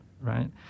right